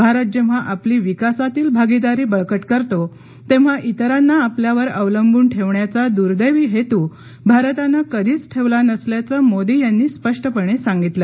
भारत जेव्हा आपली विकासातील भागीदारी बळकट करतो तेव्हा इतरांना आपल्यावर अवलंबून ठेवण्याचा दुर्देवी हेतू भारतानं कधीच ठेवला नसल्याचं मोदी यांनी स्पष्टपणे सांगितलं